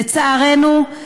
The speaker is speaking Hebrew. לצערנו,